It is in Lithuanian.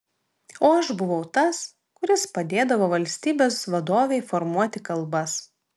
o aš buvau tas kuris padėdavo valstybės vadovei formuoti kalbas